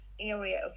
area